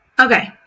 Okay